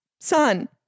son